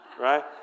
right